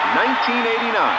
1989